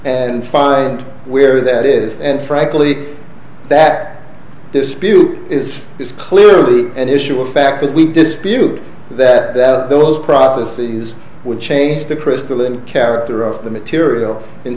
and find where that is and frankly that dispute is is clearly an issue of fact that we dispute that that those prophecies would change the crystal and character of the material in